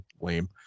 lame